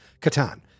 Katan